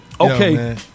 Okay